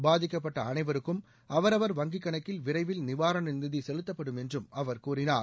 பாதிக்கப்பட்ட அனைவருக்கும் அவரவர் வங்கிக் கணக்கில் விரைவில் நிவாரண நிதி செலுத்தப்படும் என்றும் அவர் கூறினார்